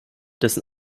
dessen